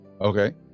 Okay